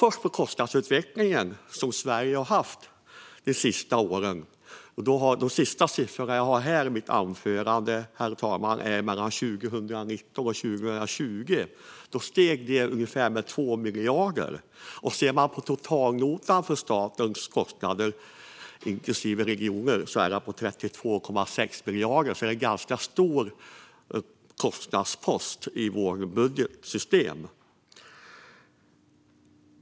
När det gäller den kostnadsutveckling som Sverige har haft de senaste åren handlar de senaste siffror jag har sett inför mitt anförande om skillnaden mellan 2019 och 2020. Då steg kostnaderna med ungefär 2 miljarder kronor. Totalnotan för statens kostnader, inklusive regioner, är på 32,6 miljarder kronor. Det är alltså en ganska stor kostnadspost i vårt budgetsystem.